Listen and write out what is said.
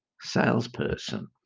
salesperson